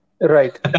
Right